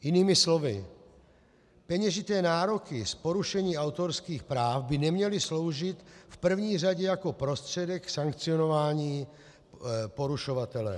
Jinými slovy, peněžité nároky z porušení autorských práv by neměly sloužit v první řadě jako prostředek k sankcionování porušovatele.